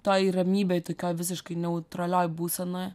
toj ramybėj tokioj visiškai neutralioj būsenoj